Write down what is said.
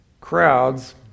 crowds